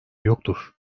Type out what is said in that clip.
yoktur